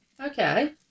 Okay